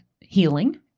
healing